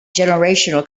generational